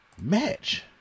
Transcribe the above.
match